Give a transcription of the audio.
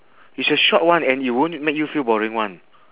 it's a short one and you won't make you feel boring one